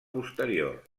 posterior